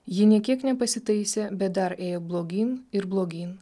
ji nė kiek nepasitaisė bet dar ėjo blogyn ir blogyn